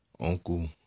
uncle